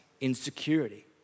insecurity